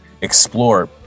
explore